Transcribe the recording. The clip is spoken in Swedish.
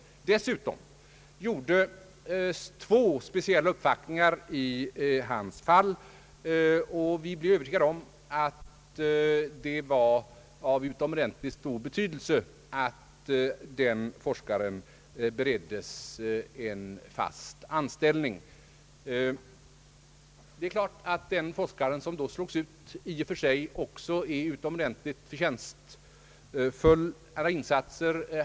Dessutom gjordes två speciella uppvaktningar i hans fall, och vi blev övertygade om att det var av utomordentligt stor betydelse att den forskaren bereddes en fast anställning. Det är klart att den forskare som då slogs ut i och för sig också har gjort utomordentligt värdefulla insatser.